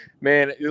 man